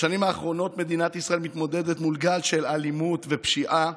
בשנים האחרונות מדינת ישראל מתמודדת עם גל של אלימות ופשיעה: